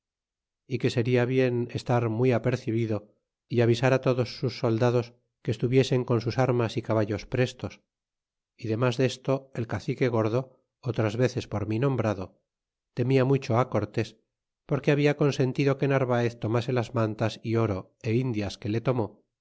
y que seria bien estar muy apercebido y avisar todos sus soldados que estuviesen con sus armas y caballos prestos y demas desto el cacique gordo otras veces por mi nombrado temia mucho á cortés porque habla consentido que narvaez tomase las mantas y oro é indias que le tomó